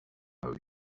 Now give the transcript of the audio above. know